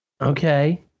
Okay